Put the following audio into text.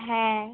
হ্যাঁ